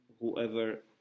whoever